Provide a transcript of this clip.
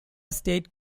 state